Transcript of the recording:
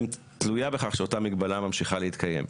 תלויה בכך שאותה מגבלה ממשיכה להתקיים.